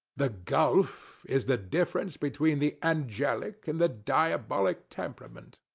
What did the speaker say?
the gulf is the difference between the angelic and the diabolic temperament.